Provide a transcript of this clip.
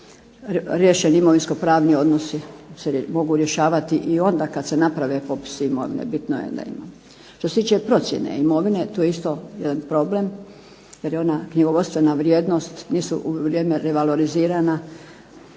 riješeni imovinsko-pravni odnosi se mogu rješavati i onda kad se naprave popisi imovine. Bitno je da imamo. Što se tiče procjene imovine to je isto jedan problem jer je ona knjigovodstvena vrijednost, nisu u vrijeme revalorizirana.